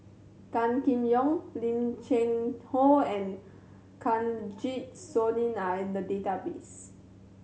Gan Kim Yong Lim Cheng Hoe and Kanwaljit Soin are in the database